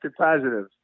positive